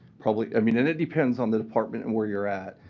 probably i mean, and it depends on the department and where you're at.